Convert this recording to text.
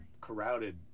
crowded